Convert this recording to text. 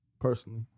personally